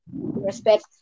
respect